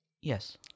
Yes